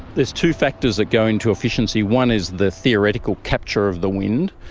there's two factors that go into efficiency. one is the theoretical capture of the wind.